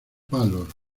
palos